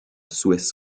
swiss